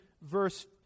verse